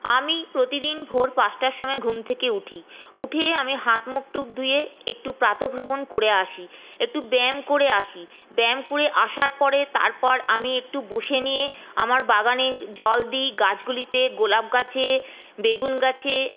আমি প্রতিদিন ভোর পাঁচটার সময় ঘুম থেকে উঠি উঠে আমি হাত মুখ টুক ধুয়ে একটু প্রাতঃভ্রমণ করে আসি একটু ব্যায়াম করে আসি ব্যায়াম করে আসার পরে তারপর আমি একটু বসে নিয়ে আমার বাগানে জল দিই গাছগুলিতে গোলাপ গাছে বেগুন গাছে